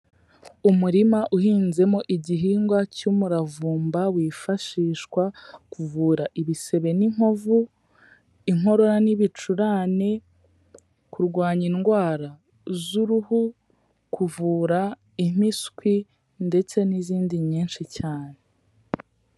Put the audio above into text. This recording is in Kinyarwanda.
Umurima uhinzemo igihingwa cy'umuravumba, wifashishwa kuvura ibisebe n'inkovu, inkorora n'ibicurane, kurwanya indwara z'uruhu, kuvura impiswi ndetse n'izindi nyinshi cyane.